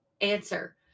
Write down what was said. answer